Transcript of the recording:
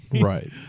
Right